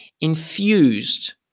infused